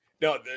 No